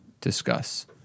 discuss